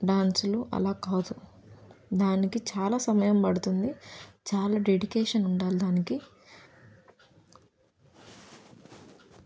డ్యాన్సులు అలా కాదు దానికి చాలా సమయం పడుతుంది చాలా డెడికేషన్ ఉండాలి దానికి